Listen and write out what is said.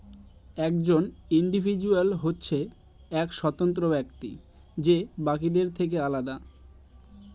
একজন ইন্ডিভিজুয়াল হচ্ছে এক স্বতন্ত্র ব্যক্তি যে বাকিদের থেকে আলাদা